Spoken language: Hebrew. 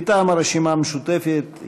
מטעם הרשימה המשותפת.